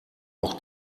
auch